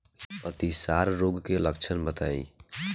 अतिसार रोग के लक्षण बताई?